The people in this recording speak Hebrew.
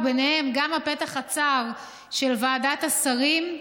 וביניהם גם הפתח הצר של ועדת השרים,